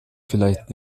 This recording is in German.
vielleicht